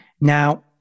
Now